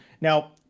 Now